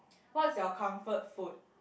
what's your comfort food